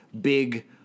big